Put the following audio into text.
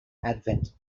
advent